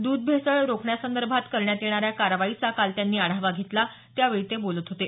दूध भेसळ रोखण्यासंदर्भात करण्यात येणाऱ्या कारवाईचा काल त्यांनी आढावा घेतला त्यावेळी ते बोलत होते